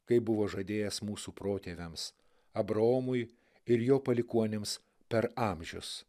kaip buvo žadėjęs mūsų protėviams abraomui ir jo palikuonims per amžius